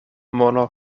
mono